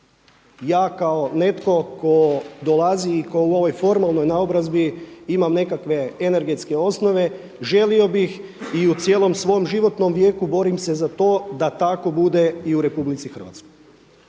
Ja kao netko tko dolazi i tko u ovoj formalnoj naobrazbi imam nekakve energetske osnove želio bih i u cijelom svom životnom vijeku borim se za to da tako bude i u RH.